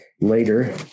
later